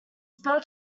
spell